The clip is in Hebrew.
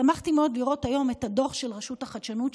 שמחתי מאוד לראות היום את דוח רשות החדשנות,